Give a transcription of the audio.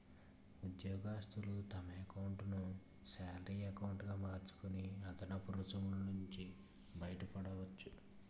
ఉద్యోగస్తులు తమ ఎకౌంటును శాలరీ ఎకౌంటు గా మార్చుకొని అదనపు రుసుము నుంచి బయటపడవచ్చు